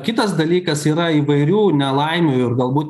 kitas dalykas yra įvairių nelaimių ir galbūt